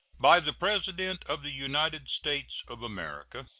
by the president of the united states of america.